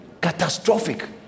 catastrophic